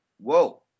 whoa